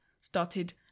started